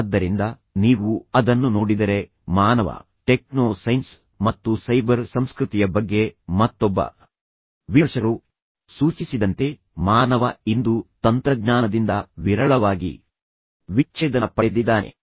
ಆದ್ದರಿಂದ ನೀವು ಅದನ್ನು ನೋಡಿದರೆ ಮಾನವ ಟೆಕ್ನೋ ಸೈನ್ಸ್ ಮತ್ತು ಸೈಬರ್ ಸಂಸ್ಕೃತಿಯ ಬಗ್ಗೆ ಮತ್ತೊಬ್ಬ ವಿಮರ್ಶಕರು ಸೂಚಿಸಿದಂತೆ ಅವರು ಹೇಳುತ್ತಾರೆ ಮಾನವ ಇಂದು ತಂತ್ರಜ್ಞಾನದಿಂದ ವಿರಳವಾಗಿ ವಿಚ್ಛೇದನ ಪಡೆದಿದ್ದಾನೆ